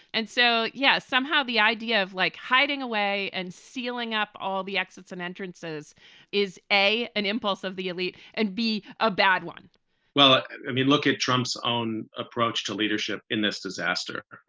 and so, yes, somehow the idea of like hiding away and sealing up all the exits and entrances is a an impulse of the elite and be a bad one well, i mean, look at trump's own approach to leadership in this disaster.